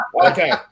Okay